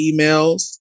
emails